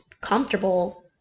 comfortable